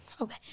okay